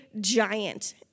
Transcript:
giant